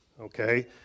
okay